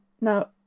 now